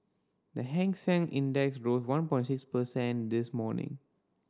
the Hang Seng Index rose one this morning